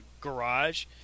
garage